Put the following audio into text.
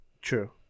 True